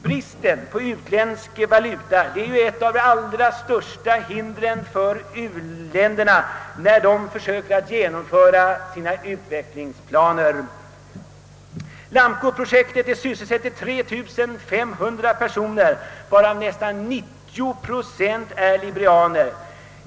Bristen på utländsk valuta är ju ett av de allra största hindren för de flesta u-länder när de försöker genomföra sina utvecklingsplaner. Lamcoprojektet sysselsätter 3 500 personer, varav nästan 90 procent är liberianer.